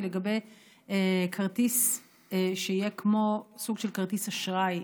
לגבי כרטיס שיהיה כמו סוג של כרטיס אשראי,